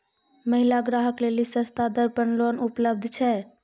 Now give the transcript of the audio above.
महिला ग्राहक लेली सस्ता दर पर लोन उपलब्ध छै?